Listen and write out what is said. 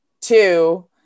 two